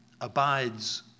abides